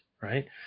Right